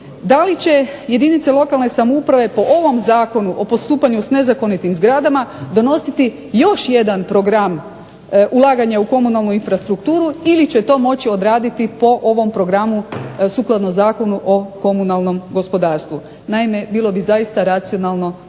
da li će jedinice lokalne samouprave po ovom zakonu o postupanju s nezakonitim zgradama donositi još jedan program ulaganja u komunalnu infrastrukturu ili će to moći odraditi po ovom programu sukladno Zakonu o komunalnom gospodarstvu. Naime, bilo bi zaista racionalno